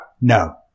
No